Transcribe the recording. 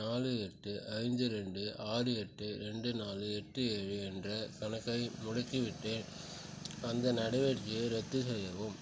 நாலு எட்டு ஐந்து ரெண்டு ஆறு எட்டு ரெண்டு நாலு எட்டு ஏழு என்ற கணக்கை முடக்கிவிட்டேன் அந்த நடவடிக்கையை ரத்து செய்யவும்